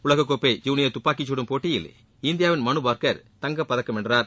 உலகக்கோப்பை ஜூனியர் துப்பாக்கிச்சுடும் போட்டியில் இந்தியாவின் மனுபாக்கர் தங்கம் வென்றார்